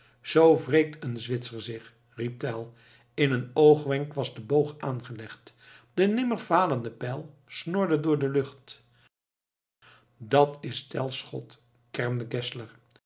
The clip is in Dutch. zoo wreekt een zwitser zich riep tell in een oogwenk was de boog aangelegd de nimmer falende pijl snorde door de lucht dat is tell's schot kermde